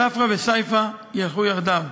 ספרא וסייפא ילכו יחדיו.